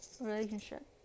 relationship